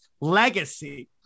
legacy